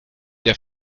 der